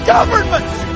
Governments